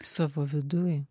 savo viduj